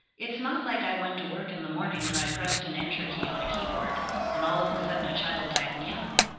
it's not like i went to work in the morning and i pressed an enter key on a keyboard and all of a sudden a child died in yemen.